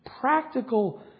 practical